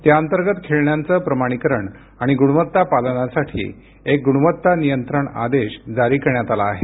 त्याअंतर्गत खेळण्यांचं प्रमाणीकरण आणि गुणवत्ता पालनासाठी एक गुणवत्ता नियंत्रण आदेश जारी करण्यात आला आहे